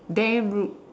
damn rude